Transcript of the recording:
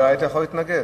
היית יכול להתנגד.